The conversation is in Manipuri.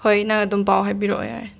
ꯍꯣꯏ ꯅꯪ ꯑꯗꯨꯝ ꯄꯥꯎ ꯍꯥꯏꯕꯤꯔꯛꯑꯣ ꯌꯥꯔꯦ